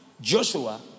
Joshua